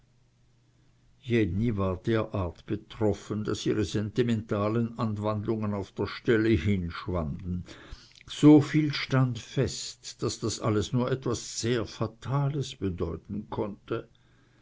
jenny war derart betroffen daß ihre sentimentalen anwandlungen auf der stelle hinschwanden so viel stand fest daß das alles nur etwas sehr fatales bedeuten konnte